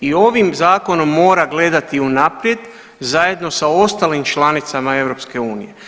I ovim zakonom mora gledati unaprijed zajedno sa ostalim članicama EU.